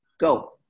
go